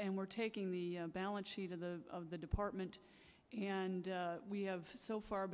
and we're taking the balance sheet of the of the department and we have so far